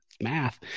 math